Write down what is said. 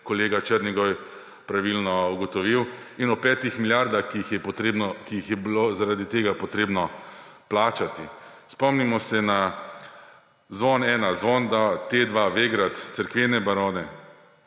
kolega Černigoj pravilno ugotovil, in o petih milijardah, ki jih je bilo zaradi tega potrebno plačati. Spomnimo se na Zvon 1, Zvon 2, T2, Vegrad, cerkvene barone.